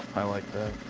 i like that.